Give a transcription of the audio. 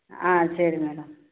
ஆ சரி மேடம்